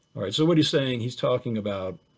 alright, so what he's saying, he's talking about